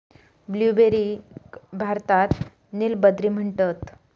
ब्लूबेरीक भारतात नील बद्री म्हणतत